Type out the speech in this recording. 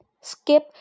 Skip